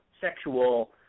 sexual